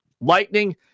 Lightning